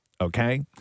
okay